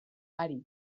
ari